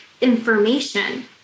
information